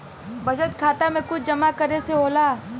बचत खाता मे कुछ जमा करे से होला?